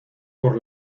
por